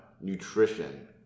nutrition